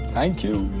thank you